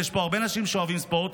ויש פה הרבה אנשים שאוהבים ספורט,